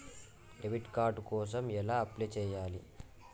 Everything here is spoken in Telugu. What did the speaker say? డెబిట్ కార్డు కోసం ఎలా అప్లై చేయాలి?